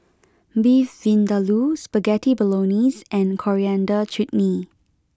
Beef Vindaloo Spaghetti Bolognese and Coriander Chutney